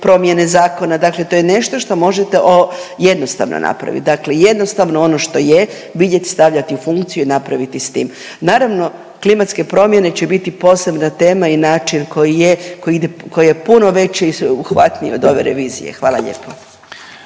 promjene zakona. Dakle, to je nešto što možete jednostavno napraviti, dakle jednostavno ono što je vidjeti, stavljati u funkciju i napraviti s tim. Naravno klimatske promjene će biti posebna tema i način koji je, koji je puno veći, obuhvatniji od ove revizije. Hvala lijepo.